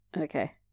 Okay